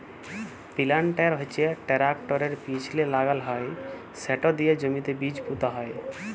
পিলান্টের হচ্যে টেরাকটরের পিছলে লাগাল হয় সেট দিয়ে জমিতে বীজ পুঁতা হয়